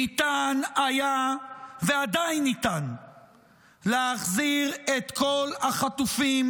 ניתן היה ועדיין ניתן להחזיר את כל החטופים,